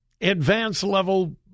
advanced-level